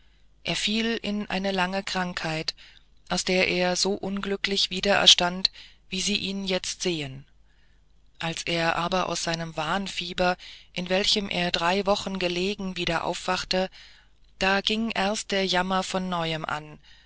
er fiel in eine lange krankheit aus der er so unglücklich wiedererstand wie sie ihn jetzt sehen als er aber aus seinem wahnsinnfieber in welchem er drei wochen gelegen wieder aufwachte da ging erst der jammer von neuem an